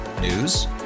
News